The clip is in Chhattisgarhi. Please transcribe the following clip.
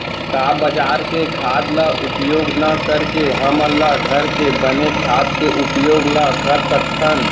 का बजार के खाद ला उपयोग न करके हमन ल घर के बने खाद के उपयोग ल कर सकथन?